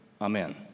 amen